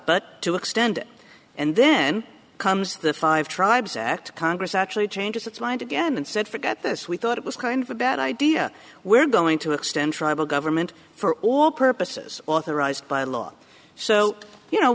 but to extend it and then comes the five tribes act congress actually changes its mind again and said forget this we thought it was kind of a bad idea we're going to extend tribal government for all purposes authorized by law so you know